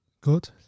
good